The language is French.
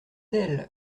elles